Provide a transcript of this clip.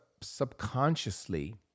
subconsciously